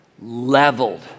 leveled